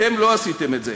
אתם לא עשיתם את זה,